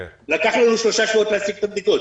לקח לנו שלושה שבועות להשיג את הבדיקות.